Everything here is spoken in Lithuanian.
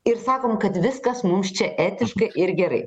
ir sakom kad viskas mums čia etiškai ir gerai